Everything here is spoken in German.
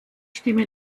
stimme